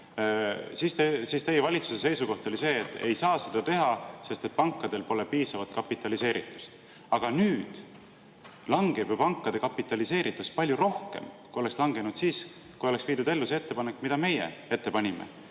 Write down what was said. siis teie valitsuse seisukoht oli see, et ei saa seda teha, sest pankadel pole piisavalt kapitaliseeritust. Aga nüüd langeb ju pankade kapitaliseeritus palju rohkem, kui oleks langenud siis, kui oleks viidud ellu see ettepanek, mida meie ette panime.